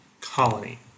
colony